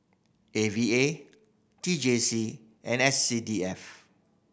A V A T J C and S C D F